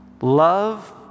love